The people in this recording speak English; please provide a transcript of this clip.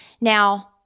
Now